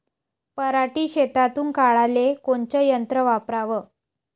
पराटी शेतातुन काढाले कोनचं यंत्र वापराव?